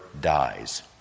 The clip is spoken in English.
dies